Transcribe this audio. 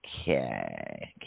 Okay